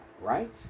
Right